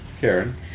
Karen